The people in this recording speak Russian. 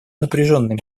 напряженная